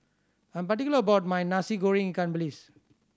I am particular about my Nasi Goreng ikan bilis